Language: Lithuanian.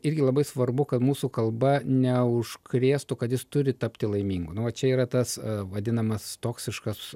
irgi labai svarbu kad mūsų kalba neužkrėstų kad jis turi tapti laimingu nu va čia yra tas vadinamas toksiškas